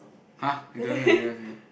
[huh] you don't know your neighbour's name